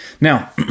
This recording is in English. Now